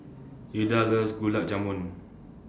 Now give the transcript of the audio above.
Ilda loves Gulab Jamun